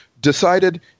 decided